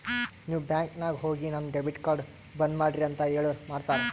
ನೀವ್ ಬ್ಯಾಂಕ್ ನಾಗ್ ಹೋಗಿ ನನ್ ಡೆಬಿಟ್ ಕಾರ್ಡ್ ಬಂದ್ ಮಾಡ್ರಿ ಅಂತ್ ಹೇಳುರ್ ಮಾಡ್ತಾರ